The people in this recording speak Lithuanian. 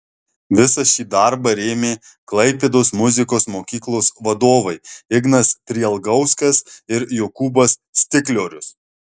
visą šį darbą rėmė klaipėdos muzikos mokyklos vadovai ignas prielgauskas ir jokūbas stikliorius